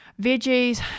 veggies